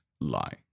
lie